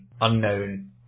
unknown